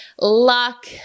luck